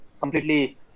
completely